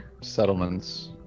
settlements